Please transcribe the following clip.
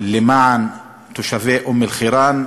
למען תושבי אום-אלחיראן,